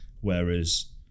Whereas